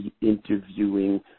interviewing